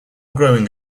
growing